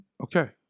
Okay